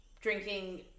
drinking